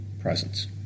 presence